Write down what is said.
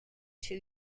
two